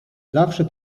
zawsze